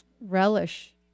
relish